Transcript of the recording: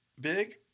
Big